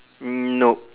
no